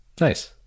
Nice